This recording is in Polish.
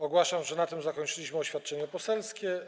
Ogłaszam, że na tym zakończyliśmy oświadczenia poselskie.